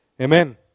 Amen